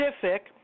Pacific